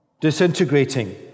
disintegrating